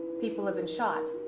people have been shot.